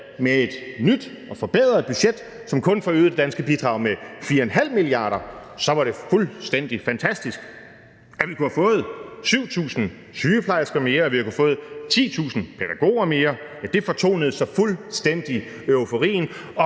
med et nyt og forbedret budget, som kun forøgede det danske bidrag med 4,5 mia. kr., var det fuldstændig fantastisk. At vi kunne have fået 7.000 sygeplejersker mere, og at vi kunne have fået 10.000 pædagoger mere, fortonede sig fuldstændig i euforien,